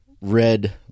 red